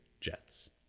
Jets